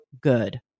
good